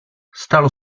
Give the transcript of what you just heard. stalo